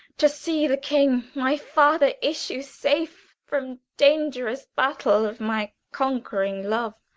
to see the king, my father, issue safe from dangerous battle of my conquering love!